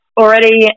already